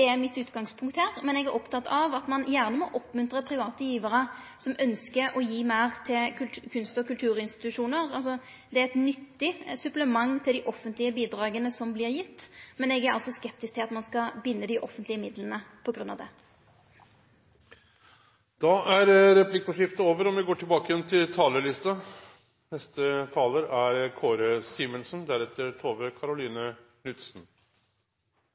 er mitt utgangspunkt. Men eg er oppteken av at ein gjerne må oppmuntre private gjevarar som ønskjer å gi meir til kunst- og kulturinstitusjonar. Det er eit nyttig supplement til dei offentlege bidraga som vert gitt, men eg er skeptisk til at ein skal binde dei offentlege midlane på grunn av det. Replikkordskiftet er over.